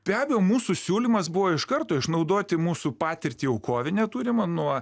be abejo mūsų siūlymas buvo iš karto išnaudoti mūsų patirtį jau kovinę turimą nuo